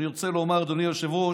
אני רוצה לומר, היושב-ראש,